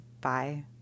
Bye